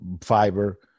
fiber